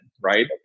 right